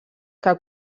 que